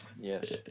yes